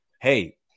hey